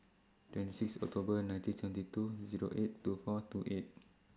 twenty six October nineteen seventy two Zero eight two four two eight